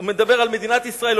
הוא מדבר על מדינת ישראל,